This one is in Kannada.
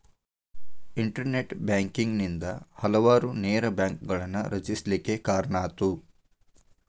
ಇನ್ಟರ್ನೆಟ್ ಬ್ಯಾಂಕಿಂಗ್ ನಿಂದಾ ಹಲವಾರು ನೇರ ಬ್ಯಾಂಕ್ಗಳನ್ನ ರಚಿಸ್ಲಿಕ್ಕೆ ಕಾರಣಾತು